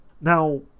Now